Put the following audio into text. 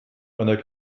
einer